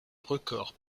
records